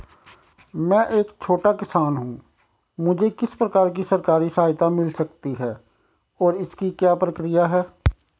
मैं एक छोटा किसान हूँ मुझे किस प्रकार की सरकारी सहायता मिल सकती है और इसकी क्या प्रक्रिया है?